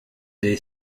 des